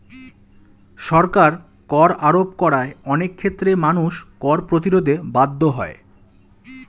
সরকার কর আরোপ করায় অনেক ক্ষেত্রে মানুষ কর প্রতিরোধে বাধ্য হয়